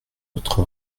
notre